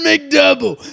McDouble